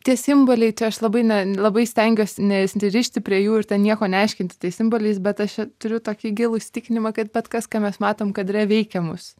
tie simboliai tai aš labai ne labai stengiuosi nesirišti prie jų ir ten nieko neaiškinti tais simboliais bet aš čia turiu tokį gilų įsitikinimą kad bet kas ką mes matom kadre veikia mus